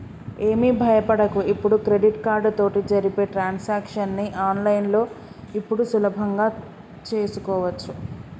ఏమి భయపడకు ఇప్పుడు క్రెడిట్ కార్డు తోటి జరిపే ట్రాన్సాక్షన్స్ ని ఆన్లైన్లో ఇప్పుడు సులభంగా చేసుకోవచ్చు